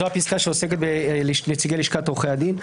(2) זאת הפסקה שעוסקת בנציגי לשכת עורכי הדין.